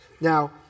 Now